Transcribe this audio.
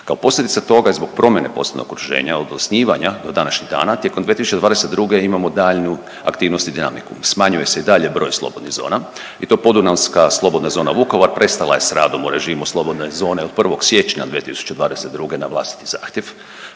Kao posljedica toga zbog promjene poslovnog okruženja od osnivanja do današnjeg dana, tijekom 2022. imamo daljnju aktivnost i dinamiku. Smanjuje se i dalje broj slobodnih zona i to Podunavska slobodna zona Vukovar prestala je s radom u režimu slobodne zone od 1. siječnja 2022. na vlastiti zahtjev,